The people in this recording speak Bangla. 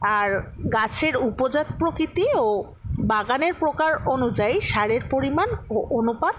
আর গাছের উপজাত প্রকৃতি ও বাগানের প্রকার অনুযায়ী সারের পরিমাণ ও অনুপাত